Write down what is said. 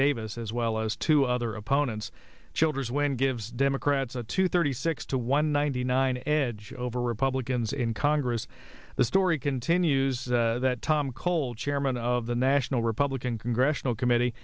davis as well as two other opponents childers when gives democrats a two thirty six to one ninety nine edge over republicans in congress the story continues that tom cole chairman of the national republican congressional committee